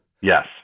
Yes